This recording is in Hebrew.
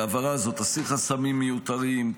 ההעברה הזאת תסיר חסמים מיותרים,